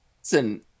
Listen